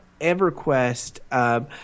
EverQuest